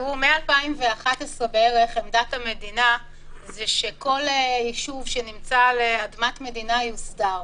בערך מ-2011 עמדת המדינה היא שכל ישוב שנמצא על אדמת מדינה יוסדר.